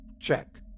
Check